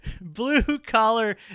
blue-collar